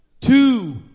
Two